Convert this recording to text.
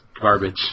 garbage